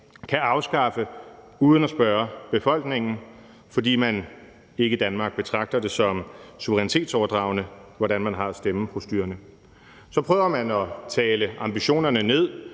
kan afskaffe uden at spørge befolkningen, fordi vi ikke i Danmark betragter det som suverænitetsoverdragende, hvordan stemmeprocedurerne er. Så prøver man at tale ambitionerne ned